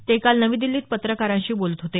ते काल नवी दिल्लीत पत्रकारांशी बोलत होते